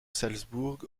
salzbourg